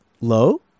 low